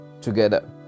together